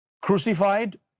crucified